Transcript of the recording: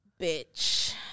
bitch